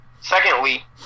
secondly